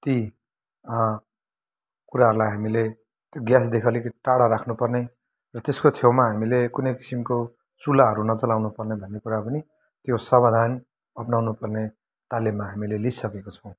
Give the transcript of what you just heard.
ती कुराहरूलाई हामीले त्यो ग्यासदेखि अलिकति टाढा राख्नुपर्ने र त्यसको छेउमा हामीले कुनै किसिमको चुल्हाहरू नजलाउनु पर्ने भन्ने कुराहरू पनि त्यो सावधान अप्नाउनु पर्ने तालिम हामीले लिइसकेका छौँ